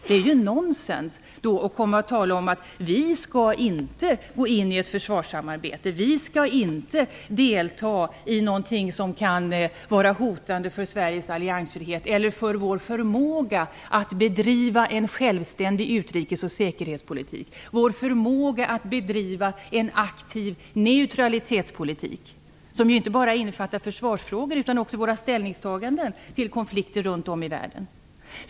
Det är nonsens att komma och tala om att vi inte skall gå in i ett försvarssamarbete, att vi inte skall delta i någonting som kan vara hotande för Sveriges alliansfrihet eller för vår förmåga att bedriva en självständig utrikes och säkerhetspolitik, vår förmåga att bedriva en aktiv neutralitetspolitik, som ju inte bara innefattar försvarsfrågorna utan också våra ställningstaganden i konflikter runt om i världen.